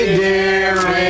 dear